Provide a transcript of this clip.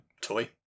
toy